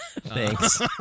Thanks